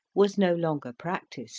was no longer practised